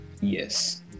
Yes